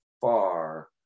far